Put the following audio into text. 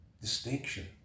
distinction